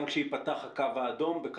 גם כשיפתח הקו האדום,